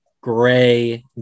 gray